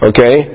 Okay